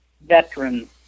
veterans